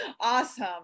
Awesome